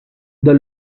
the